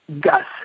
gas